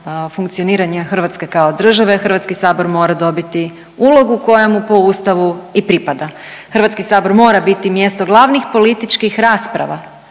funkcioniranja Hrvatske kao države. Hrvatski sabor mora dobiti ulogu koja mu po Ustavu i pripada. Hrvatski sabor mora biti mjesto glavnih političkih rasprava,